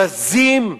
בזים,